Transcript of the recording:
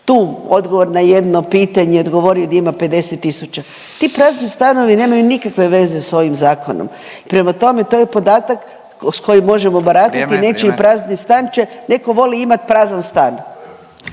tu odgovor na jedno pitanje odgovorio da ima 50 tisuća, ti prazni stanovi nemaju nikakve veze s ovim Zakonom. Prema tome, to je podatak s kojim možemo baratati … .../Upadica: Vrijeme, vrijeme./...